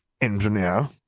engineer